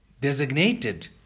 designated